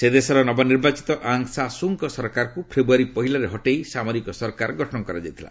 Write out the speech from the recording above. ସେ ଦେଶରେ ନବ ନିର୍ବାଚିତ ଅଙ୍ଗ ସା ସୁ ଙ୍କ ସରକାରଙ୍କୁ ଫେବୃୟାରୀ ପହିଲାରେ ହଟାଇ ସାମରିକ ସରକାର ଗଠନ କରାଯାଇଥିଲା